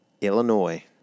Illinois